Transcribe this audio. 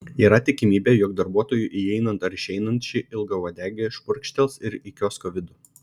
yra tikimybė jog darbuotojui įeinant ar išeinant ši ilgauodegė šmurkštels ir į kiosko vidų